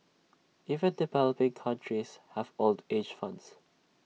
even developing countries have old age funds